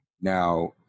now